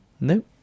Nope